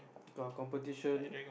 to our competition